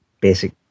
basic